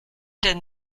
denn